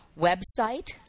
website